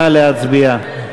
נא להצביע.